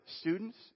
students